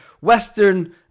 Western